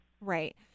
Right